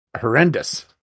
horrendous